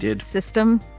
system